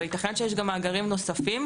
וייתכן שיש גם מאגרים נוספים.